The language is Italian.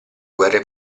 guerre